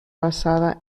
basada